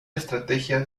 estrategia